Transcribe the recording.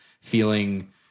feeling –